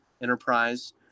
enterprise